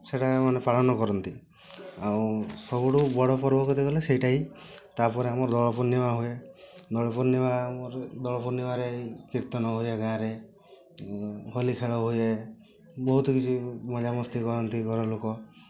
ସେଟା ମାନେ ପାଳନ କରନ୍ତି ଆଉ ସବୁଠୁ ପର୍ବ କେତେ କହିଲେ ସେଇଟା ହି ତା'ପରେ ଆମର ଦୋଳପୂର୍ଣ୍ଣିମା ହୁଏ ଦୋଳପୂର୍ଣ୍ଣିମା ଦୋଳପୂର୍ଣ୍ଣିମାରେ କିର୍ତ୍ତନ ହୁଏ ଗାଁ'ରେ ହୋଲି ଖେଳ ହୁଏ ବହୁତ କିଛି ମଜା ମସ୍ତି କରନ୍ତି ଘରଲୋକ